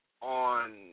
On